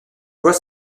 vois